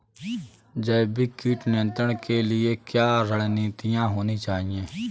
जैविक कीट नियंत्रण के लिए क्या रणनीतियां होनी चाहिए?